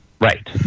right